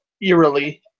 eerily